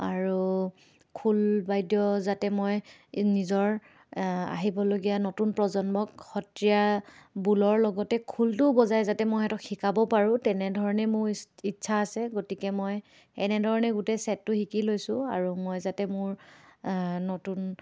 আৰু খোল বাদ্য যাতে মই নিজৰ আহিবলগীয়া নতুন প্ৰজন্মক সত্ৰীয়া বোলৰ লগতে খোলটোও বজাই যাতে মই সিহঁতক শিকাব পাৰোঁ তেনেধৰণে মোৰ ইচ্ ইচ্ছা আছে গতিকে মই এনেধৰণে গোটেই চেটটো শিকি লৈছোঁ আৰু মই যাতে মোৰ নতুন